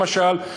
למשל,